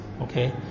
Okay